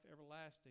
everlasting